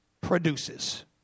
Produces